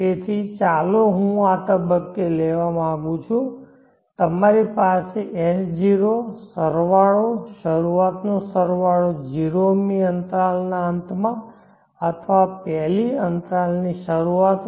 તેથી ચાલો હું આ તબક્કે આ લેવા માંગું છું તમારી પાસે S0 સરવાળો શરૂઆત નો સરવાળો 0 મી અંતરાલના અંતમાં અથવા 1 લી અંતરાલની શરૂઆતમાં